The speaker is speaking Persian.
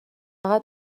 فقط